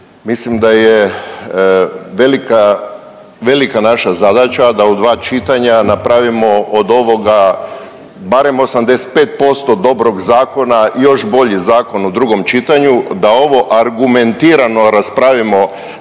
Mislim da je velika, velika naša zadaća da u dva čitanja napravimo od ovoga barem 85% dobrog zakona i još bolji zakon u drugom čitanju, da ovo argumentirano raspravimo